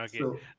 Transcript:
Okay